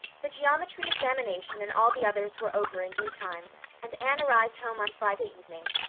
the geometry examination and all the others were over in due time and anne arrived home on friday evening,